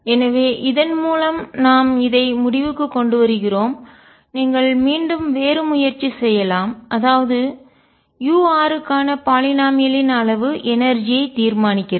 எனவே இதன் மூலம் நாம் இதை முடிவுக்குக் கொண்டுவருகிறோம் நீங்கள் மீண்டும் வேறு முயற்சி செய்யலாம் அதாவது u r க்கான பாலிநாமியல் யின் அளவு எனர்ஜி ஐ ஆற்றல் தீர்மானிக்கிறது